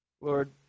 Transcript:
Lord